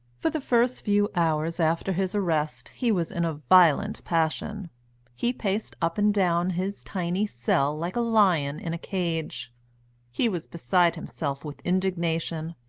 for the first few hours after his arrest he was in a violent passion he paced up and down his tiny cell like a lion in a cage he was beside himself with indignation,